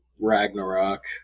Ragnarok